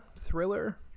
thriller